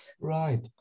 Right